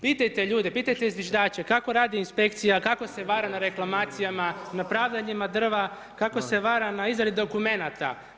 Pitajte ljude, pitajte zviždače, kako radi Inspekcija, kako se vara na reklamacijama, na pravdanjima drva, kako se vara na izradi dokumenata?